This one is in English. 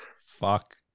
Fuck